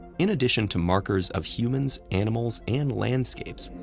in addition to markers of humans, animals, and landscapes,